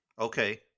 Okay